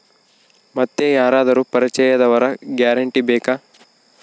ಮತ್ತೆ ಯಾರಾದರೂ ಪರಿಚಯದವರ ಗ್ಯಾರಂಟಿ ಬೇಕಾ?